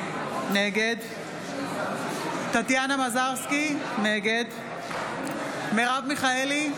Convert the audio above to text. נגד טטיאנה מזרסקי, נגד מרב מיכאלי,